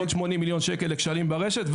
ועוד 80 מיליון שקל לכשלים ברשת,